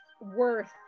worth